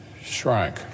shrank